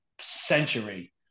century